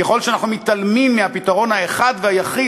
ככל שאנחנו מתעלמים מהפתרון האחד והיחיד